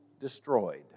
destroyed